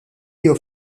jew